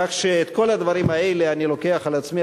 כך שאת כל הדברים האלה אני לוקח על עצמי,